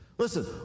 Listen